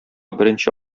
беренче